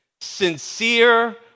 sincere